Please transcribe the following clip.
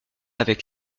avec